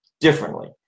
differently